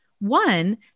One